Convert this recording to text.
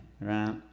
Right